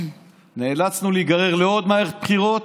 נאלצנו להיגרר לעוד מערכת בחירות,